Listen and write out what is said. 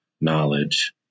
knowledge